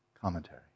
commentary